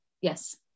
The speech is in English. Yes